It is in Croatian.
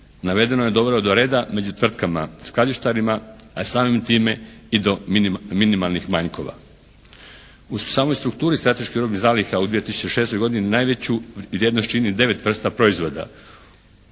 Navedeno je dovelo do reda među tvrtkama skladištarima, a samim time i do minimalnih manjkova. U samoj strukturi strateških robnih zaliha u 2006. godini najveću vrijednost čini 9 vrsta proizvoda